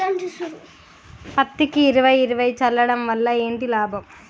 పత్తికి ఇరవై ఇరవై చల్లడం వల్ల ఏంటి లాభం?